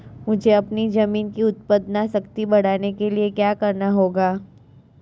मुझे अपनी ज़मीन की उत्पादन शक्ति बढ़ाने के लिए क्या करना होगा?